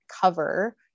cover